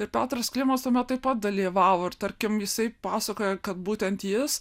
ir petras klimas tame taip pat dalyvavo ir tarkim jisai pasakoja kad būtent jis